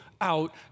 out